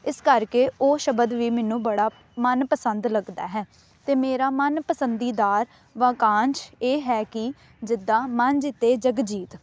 ਇਸ ਕਰਕੇ ਉਹ ਸ਼ਬਦ ਵੀ ਮੈਨੂੰ ਬੜਾ ਮਨ ਪਸੰਦ ਲੱਗਦਾ ਹੈ ਅਤੇ ਮੇਰਾ ਮਨ ਪਸੰਦੀਦਾਰ ਵਾਕਾਂਸ਼ ਇਹ ਹੈ ਕਿ ਜਿੱਦਾਂ ਮਨਿ ਜੀਤੈ ਜਗੁ ਜੀਤੁ